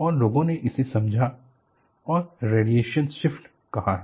और लोगों ने इसे समझा और रेडीऐशन शिफ्ट कहा है